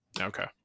okay